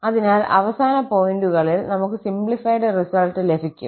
അതിനാൽ അവസാന പോയിന്റുകളിൽ നമുക്ക് സിംപ്ലിഫൈഡ് റിസൾട്ട് ലഭിക്കും